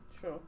sure